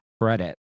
credit